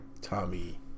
Tommy